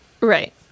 right